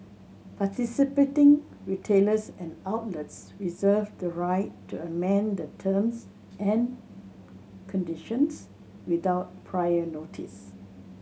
participating retailers and outlets reserve the right to amend the terms and conditions without prior notice